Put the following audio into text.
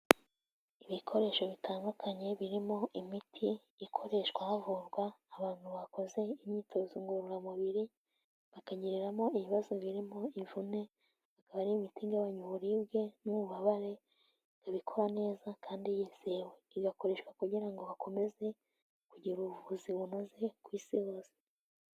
Ibikoresho bitandukanye birimo imiti ikoreshwa havurwa abantu bakoze imyitozo ngororamubiri bakagiriramo ibibazo birimo imvune, ikaba ari imiti igabanya uburibwe n'ububabare, iba ikora neza kandi yizewe igakoreshwa kugira ngo bakomeze kugira ubuvuzi bunoze ku isi hose.